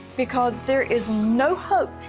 because there is no hope.